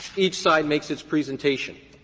each side makes its presentation.